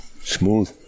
Smooth